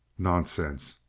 nonsense!